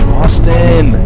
Austin